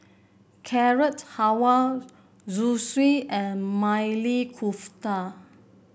Carrot Halwa Zosui and Maili Kofta